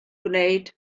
gwneud